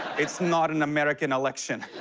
it's not an american election.